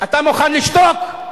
אתה מוכן לשתוק?